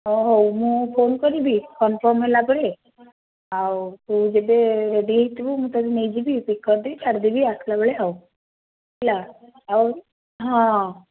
ହଁ ହେଉ ମୁଁ ଫୋନ୍ କରିବି କନଫ୍ରମ୍ ହେଲା ପରେ ଆଉ ତୁ ଯେବେ ରେଡ଼ି ହୋଇକିଥିବୁ ମୁଁ ତୋତେ ନେଇଯିବି ଆଉ ପିକ୍ କରିଦେବି ଛାଡ଼ିଦେବି ଆସିଲା ବେଳେ ଆଉ ହେଲା ଆଉ ହଁ